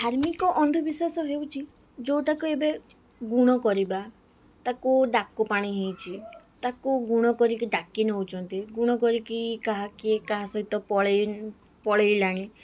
ଧାର୍ମିକ ଅନ୍ଧବିଶ୍ୱାସ ହେଉଛି ଯୋଉଟା କ ଏବେ ଗୁଣ କରିବା ତାକୁ ଡାକୁ ପାଣି ହେଇଛି ତାକୁ ଗୁଣ କରି ଡାକି ନେଉଛନ୍ତି ଗୁଣ କରିକି କାହା କିଏ କାହା ସହିତ ପଳେଇ ପଳେଇଲାଣି